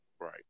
right